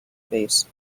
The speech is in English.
base